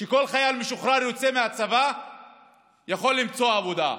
שכל חייל משוחרר שיוצא מהצבא יכול למצוא עבודה.